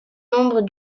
nombre